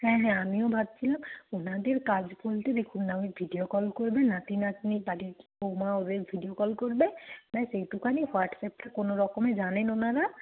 হ্যাঁ হ্যাঁ আমিও ভাবছিলাম ওনাদের কাজ বলতে দেখুন ভিডিও কল করবে নাতি নাতনি বাড়ির বউমা ওদের ভিডিও কল করবে ব্যাস একটুখানি হোয়াটসঅ্যাপটা কোনো রকমে জানেন ওনারা